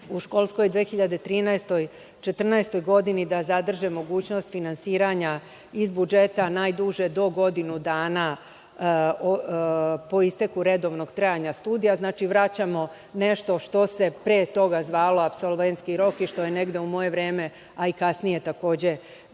u školskoj 2013. i 2014. godini da zadrže mogućnost finansiranja iz budžeta najduže do godinu dana po isteku redovnog trajanja studija, a znači vraćamo nešto što se pre toga zvalo apsolventski rok i što je negde u moje vreme, a i kasnije takođe,